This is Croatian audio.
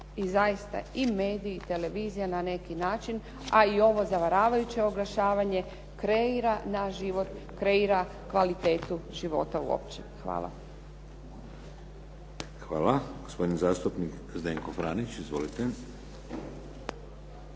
I zaista i mediji i televizija na neki način, a i ovo zavaravajuće oglašavanje kreira naš život, kreira kvalitetu života uopće. Hvala. **Šeks, Vladimir (HDZ)** Hvala. Gospodin zastupnik Zdenko Franić. Izvolite.